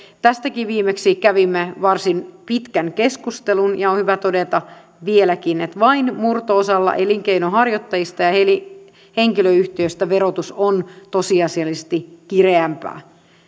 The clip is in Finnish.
tästäkin viimeksi kävimme varsin pitkän keskustelun ja on hyvä todeta vieläkin että vain murto osalla elinkeinonharjoittajista ja henkilöyhtiöistä verotus on tosiasiallisesti kireämpää